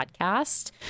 podcast